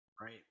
right